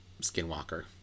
skinwalker